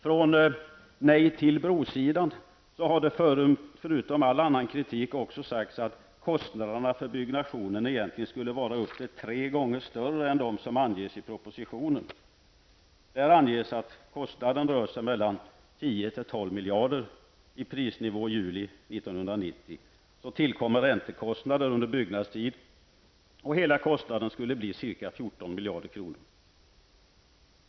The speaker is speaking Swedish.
Från nej-till-bro-sidan har det, förutom all annan kritik, också sagts att kostnaderna för byggandet egentligen skulle vara ändå upp till tre gånger större än de som anges i propositionen. Där står att kostnaden med tanke på prisnivån i juli månad 1990 uppgår till mellan 10 och 12 miljarder kronor. Så tillkommer räntekostnader under byggnadstiden, och hela kostnaden skulle bli ca 14 miljarder kronor.